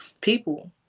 people